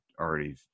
already